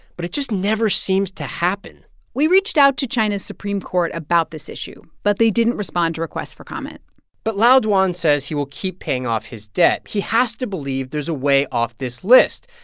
but it just never seems to happen we reached out to china's supreme court about this issue, but they didn't respond to requests for comment but lao dwan says he will keep paying off his debt. he has to believe there's a way off this list.